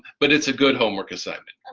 but it's a good homework assignment.